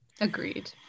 agreed